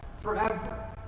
forever